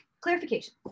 clarification